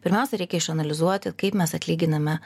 pirmiausia reikia išanalizuoti kaip mes atlyginame